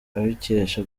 abikesha